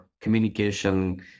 communication